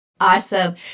Awesome